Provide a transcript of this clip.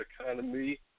economy